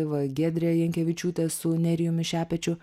va giedrė jankevičiūtė su nerijumi šepečiu